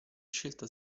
scelta